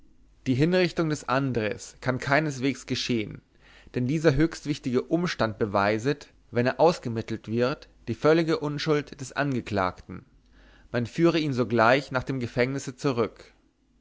die hinrichtung des andres kann keineswegs geschehen denn dieser höchstwichtige umstand beweiset wenn er ausgemittelt wird die völlige unschuld des angeklagten man führe ihn sogleich nach dem gefängnisse zurück